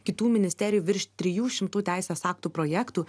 kitų ministerijų virš trijų šimtų teisės aktų projektų